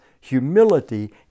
humility